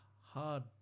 hard